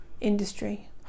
industry